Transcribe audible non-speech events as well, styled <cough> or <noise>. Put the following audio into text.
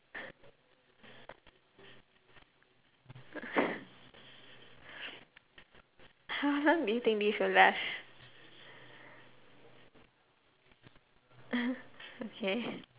how long do you think this will last <laughs> okay